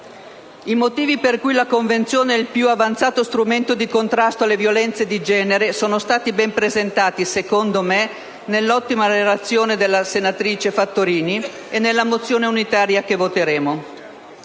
I motivi per cui la Convenzione è il più avanzato strumento di contrasto alle violenze di genere sono stati ben presentati, secondo me, nell'ottima relazione della senatrice Fattorini e nella mozione unitaria che voteremo.